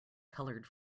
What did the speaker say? colored